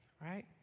right